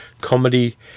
comedy